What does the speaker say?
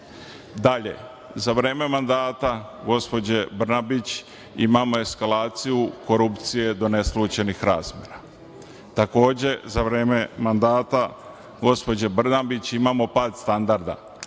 tome. Dalje, za vreme mandata gospođe Brnabić imamo eskalaciju korupcije do neslućenih razmera. Takođe, za vreme mandata gospođe Brnabić imamo pad standarda.